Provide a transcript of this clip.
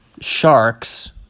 sharks